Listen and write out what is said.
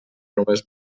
només